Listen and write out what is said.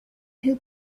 who